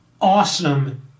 awesome